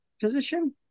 position